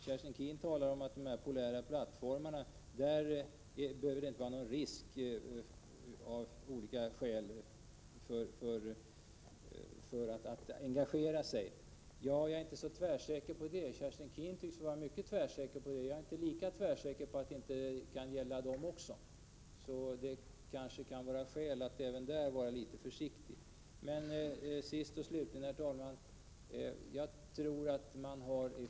Kerstin Keen anser att i fråga om de polära plattformarna behöver det inte innebära någon risk att engagera sig. Jag är inte så tvärsäker på det som Kerstin Keen tycks vara. Det kanske kan vara skäl att även där vara litet försiktig. Slutligen, herr talman, tror jag att folkpartiet och moderaterna har Prot.